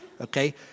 okay